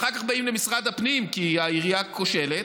אחר כך באים למשרד הפנים כי העירייה כושלת.